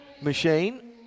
machine